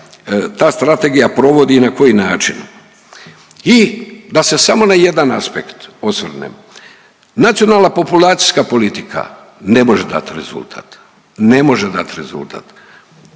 strategija provodi i na koji način. I da se samo na jedan aspekt osvrnem, nacionalna populacijska politika ne može dat rezultat, ne može dat rezultat.